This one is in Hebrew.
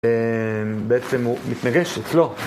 בעצם הוא מתנגשת, לא?